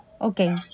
Okay